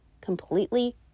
completely